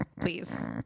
please